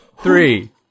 Three